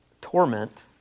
torment